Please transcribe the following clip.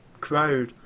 crowd